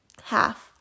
Half